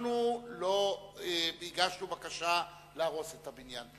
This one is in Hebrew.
אנחנו לא הגשנו בקשה להרוס את הבניין.